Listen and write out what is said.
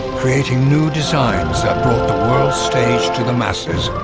creating new designs that brought the world stage to the masses